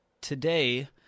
today